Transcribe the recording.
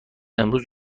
امروز